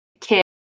kid